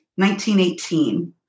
1918